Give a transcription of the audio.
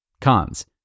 Cons